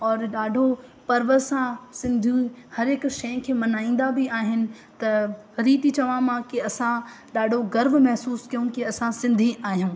और ॾाढो पर्व सां सिंधियूं हर हिकु शइ खे मल्हाईंदा बि आहिनि त वरी थी चवां मां की असां ॾाढो गर्व महिसूसु कयूं की असां सिंधी आहियूं